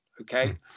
Okay